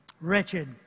Wretched